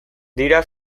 dira